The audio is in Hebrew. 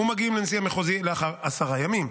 ומגיעים לנשיא המחוזי אחרי עשרה ימים.